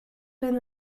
been